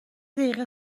دقیقه